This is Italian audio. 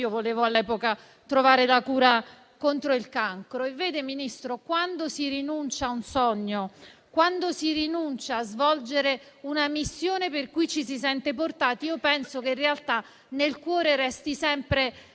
io all'epoca volevo trovare la cura contro il cancro. Signor Ministro, quando si rinuncia a un sogno, quando si rinuncia a svolgere una missione per cui ci si sente portati, penso che in realtà nel cuore resti sempre